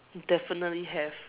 definitely have